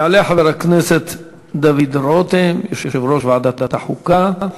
יעלה חבר הכנסת דוד רותם, יושב-ראש ועדת החוקה,